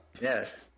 Yes